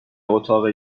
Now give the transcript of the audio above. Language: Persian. اتاق